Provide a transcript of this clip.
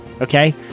okay